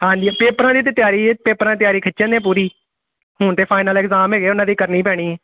ਹਾਂਜੀ ਪੇਪਰਾਂ ਦੀ ਤਾਂ ਤਿਆਰੀ ਹੈ ਪੇਪਰਾਂ ਦੀ ਤਿਆਰੀ ਖਿੱਚਣ ਨੇ ਪੂਰੀ ਹੁਣ ਤਾਂ ਫਾਈਨਲ ਇਗਜਾਮ ਹੈਗੇ ਉਹਨਾਂ ਦੀ ਕਰਨੀ ਪੈਣੀ